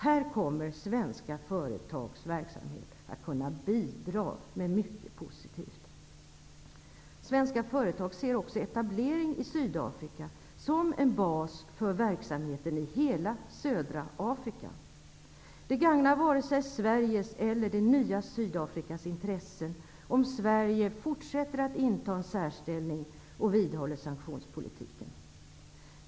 Här kommer svenska företags verksamhet att kunna bidra med mycket positivt. Svenska företag ser också etablering i Sydafrika som en bas för verksamheten i hela södra Afrika. Det gagnar vare sig Sveriges eller det nya Sydafrikas intressen om Sverige fortsätter att inta en särställning och vidhåller sanktionspolitiken.